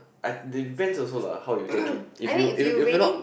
I depend also lah how you take it if you you cannot